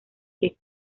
que